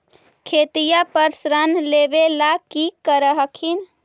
खेतिया पर ऋण लेबे ला की कर हखिन?